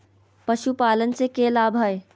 पशुपालन से के लाभ हय?